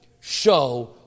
show